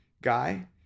guy